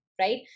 right